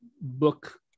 book